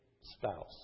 spouse